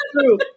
true